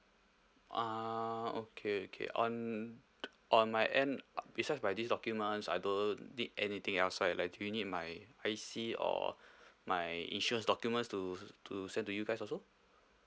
uh okay okay on on my end besides my these documents I don't need anything else right like do you need my I_C or my insurance documents to to send to you guys also